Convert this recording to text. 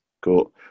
Cool